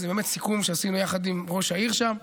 כי זה באמת סיכום שעשינו ביחד עם ראש העיר שם,